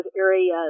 areas